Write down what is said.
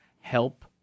help